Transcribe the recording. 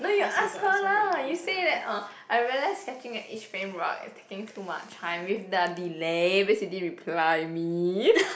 no you ask her lah you say that oh I realise sketching at each frame right is taking too much time with the delay didn't reply me